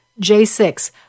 J6